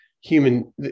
human